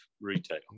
retail